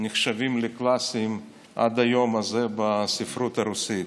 נחשבים לקלסיים עד היום הזה בספרות הרוסית.